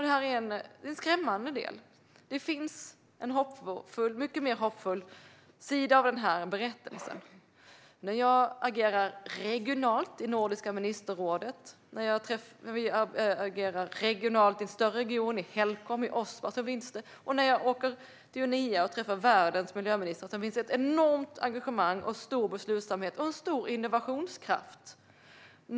Det här är skrämmande, men det finns en mycket mer hoppfull sida av den här berättelsen. När jag agerar regionalt i Nordiska ministerrådet, när jag agerar regionalt i en större region i Helcom och Ospar och när jag åker till Unea och träffar världens miljöministrar finns det ett enormt engagemang och stor beslutsamhet och innovationskraft.